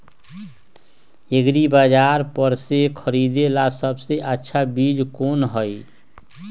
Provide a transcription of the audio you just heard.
एग्रिबाजार पर से खरीदे ला सबसे अच्छा चीज कोन हई?